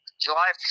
July